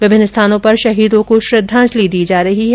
विभिन्न स्थानों पर शहीदों को श्रद्वाजंलि दी जा रही है